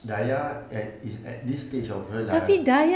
dayah at is at this stage of her life